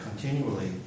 continually